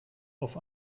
auf